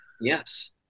Yes